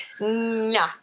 no